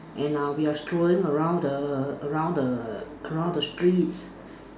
and uh we're strolling around the around the around the streets